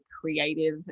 creative